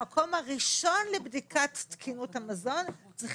המקום הראשון לבדיקת תקינות המזון צריך